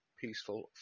peaceful